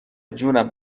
جونم